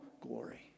glory